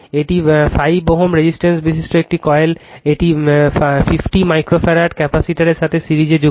একটি 5 Ω রেজিসটার বিশিষ্ট একটি কয়েল একটি 50 মাইক্রো ফ্যারাড ক্যাপাসিটরের সাথে সিরিজে সংযুক্ত